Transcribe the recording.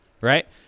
Right